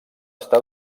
estar